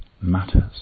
matters